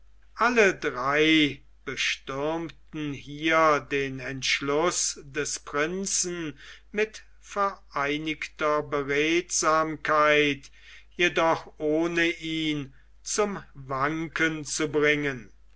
alle drei bestürmten hier den entschluß des prinzen mit vereinigter beredsamkeit jedoch ohne ihn zum wanken zu bringen